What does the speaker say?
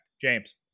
James